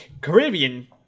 Caribbean